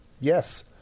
Yes